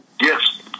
Yes